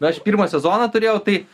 na aš pirmą sezoną turėjau tai